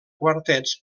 quartets